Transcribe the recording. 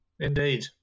Indeed